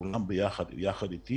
כולם יחד אתי